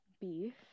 beef